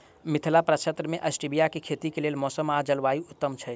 मिथिला प्रक्षेत्र मे स्टीबिया केँ खेतीक लेल मौसम आ जलवायु उत्तम छै?